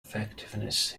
effectiveness